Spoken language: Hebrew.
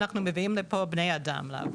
אנחנו מביאים לפה בני אדם לעבוד.